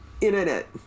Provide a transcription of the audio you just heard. Internet